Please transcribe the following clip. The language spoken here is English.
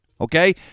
Okay